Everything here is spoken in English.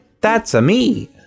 That's-a-me